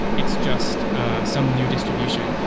it's just some new distribution.